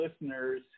listeners